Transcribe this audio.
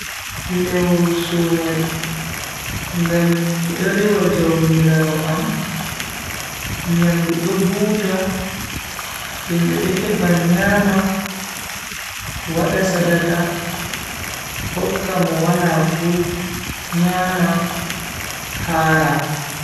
Lewru sumai ngam mido rewa jaumiraawo am, nyamdu do buuta himbe do heba nyama wada sadaka hokka mo wala fu nyama hara.